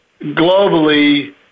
globally